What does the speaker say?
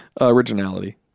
Originality